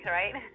right